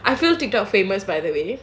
I feel TikTok famous by the way